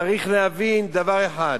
צריך להבין דבר אחד,